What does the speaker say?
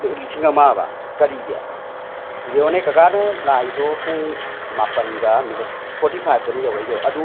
ꯂꯤꯁꯤꯡ ꯑꯃꯑꯕ ꯀꯔꯤꯒꯤ ꯌꯦꯡꯉꯨꯅꯦ ꯀꯀꯥꯗ ꯂꯥꯛꯏꯗꯣ ꯄꯨꯡ ꯃꯥꯄꯟꯒ ꯃꯤꯅꯠ ꯐꯣꯔꯇꯤ ꯐꯤꯏꯞꯇꯅꯤ ꯌꯧꯔꯛꯏꯗꯣ ꯑꯗꯨ